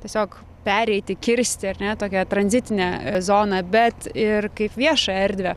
tiesiog pereiti kirsti ar ne tokia tranzitinė zona bet ir kaip viešą erdvę